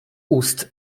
ust